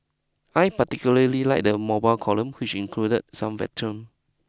I particularly liked the mobile column which included some veterans